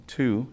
two